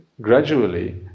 gradually